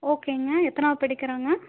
ஓகேங்க எத்தனாது படிக்கிறாங்க